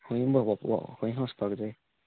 खंय भोंवपा खंय वसपाक जाय